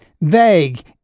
vague